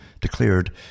declared